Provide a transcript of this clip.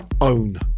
own